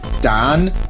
Dan